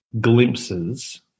glimpses